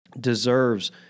deserves